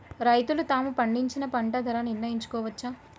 రైతులు తాము పండించిన పంట ధర నిర్ణయించుకోవచ్చా?